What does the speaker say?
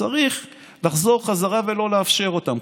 צריך לחזור בחזרה ולא לאפשר אותן.